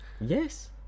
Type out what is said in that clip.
Yes